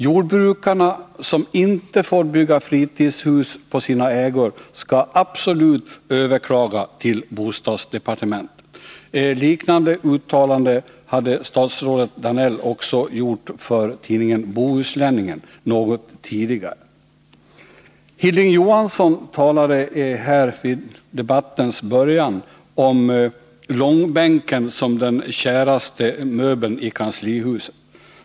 Jordbrukarna som inte får bygga fritidshus på sina ägor skall absolut överklaga till bostadsdepartementet. Ett liknande uttalande hade statsrådet Danell också gjort något tidigare för tidningen Bohusläningen. Hilding Johansson talade i debattens början om långbänken som den käraste möbeln i kanslihuset.